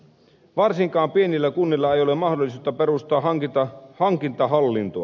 varsinkaan pienillä kunnilla ei ole mahdollisuutta perustaa hankintahallintoa